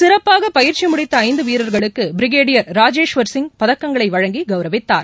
சிறப்பாக பயிற்சி முடித்த ஐந்து வீரர்களுக்கு பிரிகேடியர் ராஜேஷ்வர் சிங் பதக்கங்களை வழங்கி கௌரவித்தார்